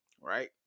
Right